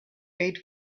eight